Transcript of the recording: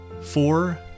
Four